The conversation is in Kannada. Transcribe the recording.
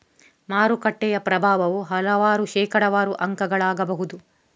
ಮಾರುಕಟ್ಟೆಯ ಪ್ರಭಾವವು ಹಲವಾರು ಶೇಕಡಾವಾರು ಅಂಕಗಳಾಗಬಹುದು